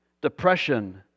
depression